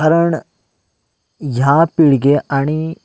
कारण ह्या पिळगे आनी